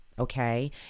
Okay